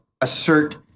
assert